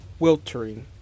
Wiltering